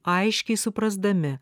aiškiai suprasdami